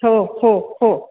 हो हो हो